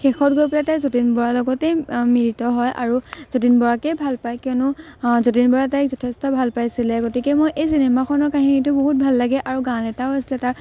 শেষত গৈ পেলাই তাই যতীন বাৰ লগতেই মিলিত হয় আৰু যতীন বৰাকেই ভাল পায় কিয়নো যতীন বৰাই তাইক যথেষ্ট ভাল পাইছিলে গতিকে মই এই চিনেমাখনৰ কাহিনীটো বহুত ভাল লাগে আৰু গান এটাও আছিলে তাৰ